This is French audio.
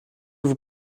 vous